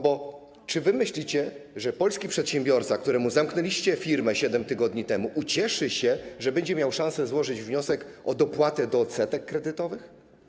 Bo czy myślicie, że polski przedsiębiorca, któremu zamknęliście firmę 7 tygodni temu, ucieszy się, że będzie miał szansę złożyć wniosek o dopłatę do odsetek kredytowych?